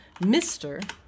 Mr